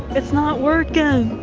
it's not working.